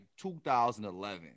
2011